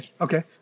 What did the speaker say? Okay